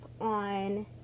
on